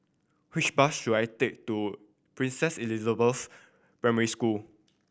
which bus should I take to Princess Elizabeth Primary School